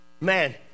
Man